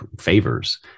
favors